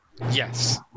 Yes